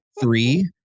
three